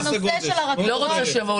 הנושא של הרכבות.